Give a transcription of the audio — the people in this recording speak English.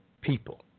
people